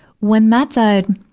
when matt died,